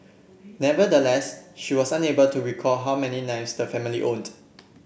nevertheless she was unable to recall how many knives the family owned